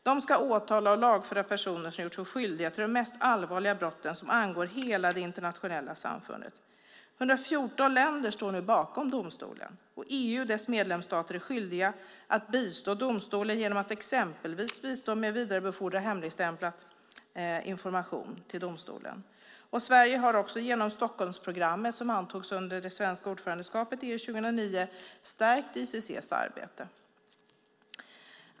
De ska åtala och lagföra personer som har gjort sig skyldiga till de mest allvarliga brotten som angår hela det internationella samfundet. 114 länder står nu bakom domstolen. EU och dess medlemsstater är skyldiga att bistå domstolen genom att exempelvis bistå med att vidarebefordra hemligstämplad information till domstolen. Sverige har genom Stockholmsprogrammet, som antogs under det svenska ordförandeskapet i EU 2009, stärkt ICC:s arbete.